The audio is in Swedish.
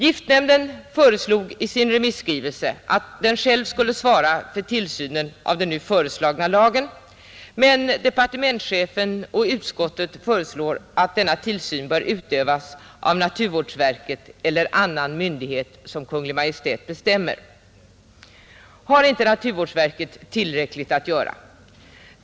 Giftnämnden föreslår i sin remisskrivelse att den själv skulle svara för tillsynen av den nu föreslagna lagen, men departementschefen och utskottet föreslår att denna tillsyn bör utövas av naturvårdsverket eller annan myndighet som Kungl. Maj:t bestämmer. Har inte naturvårdsverket tillräckligt att göra?